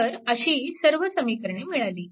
तर अशी सर्व समीकरणे मिळाली